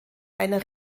einer